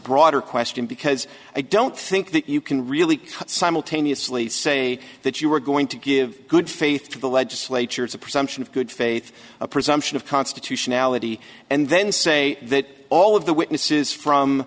broader question because i don't think that you can really simultaneously say that you are going to give good faith to the legislature it's a presumption of good faith a presumption of constitutionality and then say that all of the witnesses from